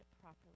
properly